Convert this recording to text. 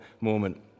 moment